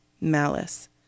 malice